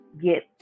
get